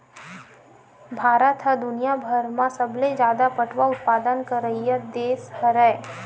भारत ह दुनियाभर म सबले जादा पटवा उत्पादन करइया देस हरय